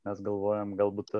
mes galvojam galbūt